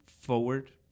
forward